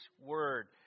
word